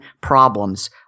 problems